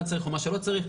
מה שצריך או מה שלא צריך,